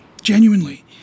genuinely